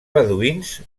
beduïns